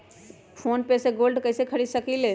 Phone पे से गोल्ड कईसे खरीद सकीले?